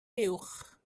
uwch